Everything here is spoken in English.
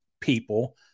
people